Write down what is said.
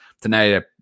tonight